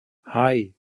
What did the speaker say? hei